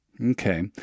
okay